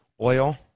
oil